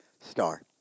star